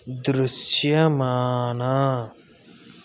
దృశ్యమాన